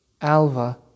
Alva